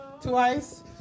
twice